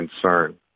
concern